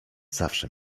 zawsze